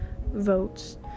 votes